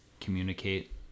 communicate